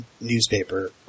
Newspaper